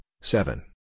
seven